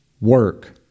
work